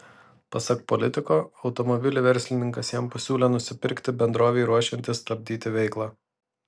pasak politiko automobilį verslininkas jam pasiūlė nusipirkti bendrovei ruošiantis stabdyti veiklą